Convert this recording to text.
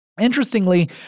Interestingly